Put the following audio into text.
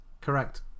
Correct